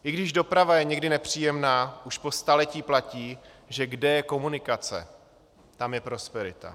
I když doprava je někdy nepříjemná, už po staletí platí, že kde je komunikace, tam je prosperita.